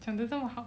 讲得这么好